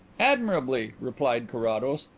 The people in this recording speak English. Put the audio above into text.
admirably, replied carrados.